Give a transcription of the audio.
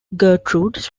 gertrude